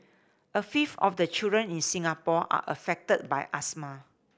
a fifth of the children in Singapore are affected by asthma